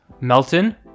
Melton